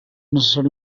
necessari